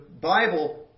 Bible